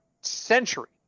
century